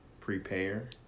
prepare